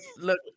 look